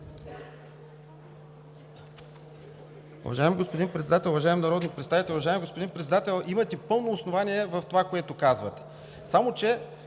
Уважаеми господин Председател, уважаеми народни представители! Уважаеми господин Председател, имате пълно основание за това, което казвате,